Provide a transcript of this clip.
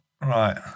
Right